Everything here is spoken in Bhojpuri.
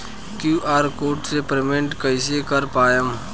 क्यू.आर कोड से पेमेंट कईसे कर पाएम?